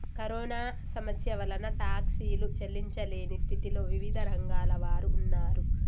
corona సమస్య వలన టాక్సీలు చెల్లించలేని స్థితిలో వివిధ రంగాల వారు ఉన్నారు